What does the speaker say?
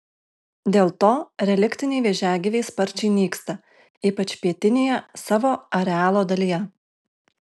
dėl to reliktiniai vėžiagyviai sparčiai nyksta ypač pietinėje savo arealo dalyje